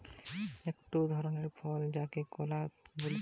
বানানা মানে হতিছে একটো ধরণের ফল যাকে কলা বলতিছে